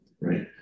Right